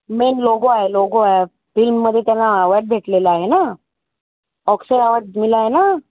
main logo आहे logo आहे फिल्ममध्ये त्यांना अवार्ड भेटलेला आहे ना ऑक्सर अवार्ड मिला है ना